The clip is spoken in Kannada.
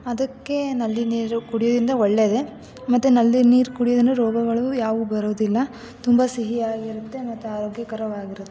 ಅದಕ್ಕೆ ನಲ್ಲಿ ನೀರು ಕುಡಿಯೋದರಿಂದ ಒಳ್ಳೆಯದೆ ಮತ್ತೆ ನಲ್ಲಿ ನೀರು ಕುಡಿಯೋದರಿಂದ ರೋಗಗಳು ಯಾವು ಬರುವುದಿಲ್ಲ ತುಂಬ ಸಿಹಿಯಾಗಿರುತ್ತೆ ಮತ್ತೆ ಆರೋಗ್ಯಕರವಾಗಿರುತ್ತೆ